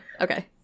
Okay